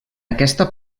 aquesta